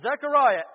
Zechariah